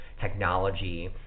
technology